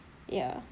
ya